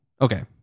okay